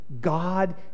God